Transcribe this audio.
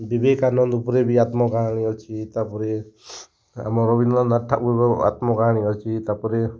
ବିବେକାନନ୍ଦ ଉପରେ ବି ଆତ୍ମ କାହାଣୀ ଅଛି ତା'ପରେ ଆମର ରବିନ୍ଦ୍ରନାଥ ଠାକୁରର ଆତ୍ମକାହାଣୀ ଅଛି ତା'ପରେ